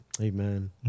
Amen